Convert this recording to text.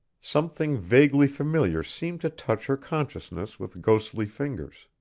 something vaguely familiar seemed to touch her consciousness with ghostly fingers.